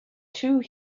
two